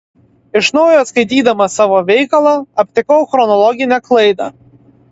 iš naujo skaitydamas savo veikalą aptikau chronologinę klaidą